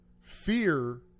fear